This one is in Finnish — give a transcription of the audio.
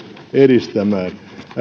edistämään näkisin että